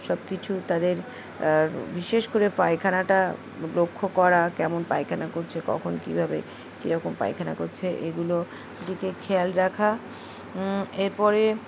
সব কিছু তাদের বিশেষ করে পায়খানাটা লক্ষ্য করা কেমন পায়খানা করছে কখন কীভাবে কীরকম পায়খানা করছে এগুলো দিকে খেয়াল রাখা এরপরে